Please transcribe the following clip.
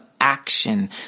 action